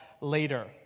later